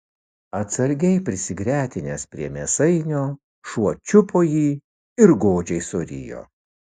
atsargiai prisigretinęs prie mėsainio šuo čiupo jį ir godžiai surijo